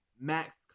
Max